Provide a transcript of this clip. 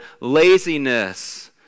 laziness